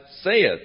saith